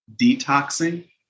detoxing